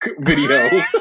video